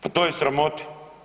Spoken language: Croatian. Pa to je sramota.